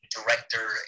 director